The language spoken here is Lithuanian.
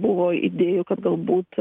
buvo idėjų kad galbūt